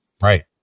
Right